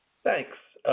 thanks.